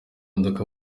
modoka